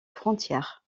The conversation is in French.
frontière